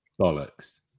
Bollocks